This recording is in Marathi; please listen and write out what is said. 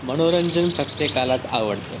मनोरंजन प्रत्येकालाच आवडतं